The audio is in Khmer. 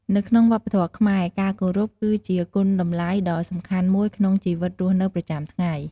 នៅក្នុងវប្បធម៌ខ្មែរ ការគោរពគឺជាគុណតម្លៃដ៏សំខាន់មួយក្នុងជីវិតរស់នៅប្រចាំថ្ងៃ។